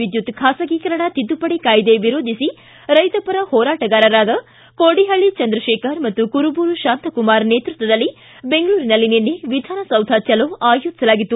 ವಿದ್ಯುತ್ ಖಾಸಗೇಕರಣ ತಿದ್ದುಪಡಿ ಕಾಯ್ದೆ ವಿರೋಧಿಸಿ ರೈತಪರ ಹೋರಾಟಗಾರರಾದ ಕೋಡಿಪಳ್ಳಿ ಚಂದ್ರಶೇಖರ್ ಮತ್ತು ಕುರುಬೂರು ಶಾಂತಕುಮಾರ್ ನೇತೃತ್ವದಲ್ಲಿ ಬೆಂಗಳೂರಿನಲ್ಲಿ ನಿನ್ನೆ ವಿಧಾನಸೌಧ ಚಲೋ ಆಯೋಜಿಸಲಾಗಿತ್ತು